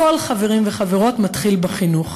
הכול, חברים וחברות, מתחיל בחינוך.